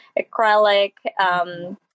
acrylic